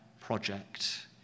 project